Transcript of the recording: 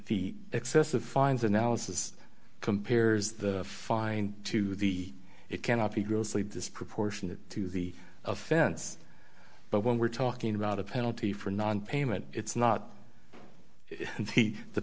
the excessive fines analysis compares the fine to the it cannot be grossly disproportionate to the offense but when we're talking about a penalty for nonpayment it's not the